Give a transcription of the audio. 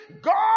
God